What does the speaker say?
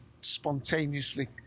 spontaneously